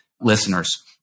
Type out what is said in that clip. listeners